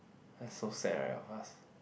that's so sad right of us